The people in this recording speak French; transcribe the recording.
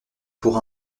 pour